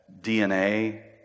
DNA